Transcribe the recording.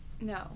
No